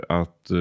att